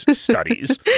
studies